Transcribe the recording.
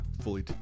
fully